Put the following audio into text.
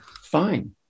Fine